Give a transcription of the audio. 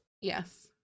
Yes